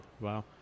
Wow